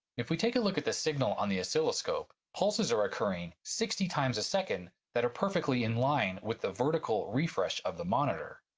if we take a look at the signal on the oscilloscope pulses are occurring sixty times a second that are perfectly in line with the vertical refresh of the monitor.